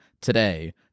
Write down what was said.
today